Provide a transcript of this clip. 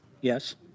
Yes